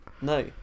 No